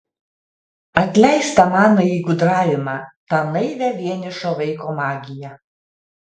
atleisk tą manąjį gudravimą tą naivią vienišo vaiko magiją